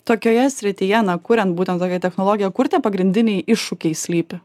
tokioje srityje na kuriant būtent tokią technologiją kur tie pagrindiniai iššūkiai slypi